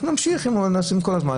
אנחנו נמשיך והם נעשים כל הזמן,